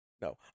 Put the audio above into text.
No